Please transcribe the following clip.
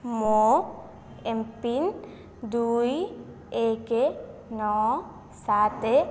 ମୋ M PIN ଦୁଇ ଏକ ନଅ ସାତ